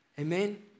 Amen